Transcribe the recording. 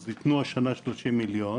אז יתנו השנה 30 מיליון,